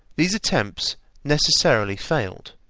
these attempts necessarily failed,